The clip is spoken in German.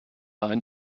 ein